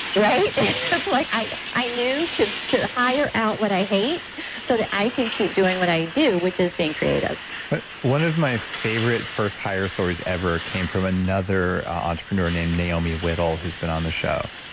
it's like i i knew to to hire out what i hate so that i can keep doing what i do, which is being creative one of my favorite first hire stories ever came from another entrepreneur named naomi whittel, who's been on the show.